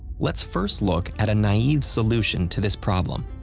let's first look at a naive solution to this problem.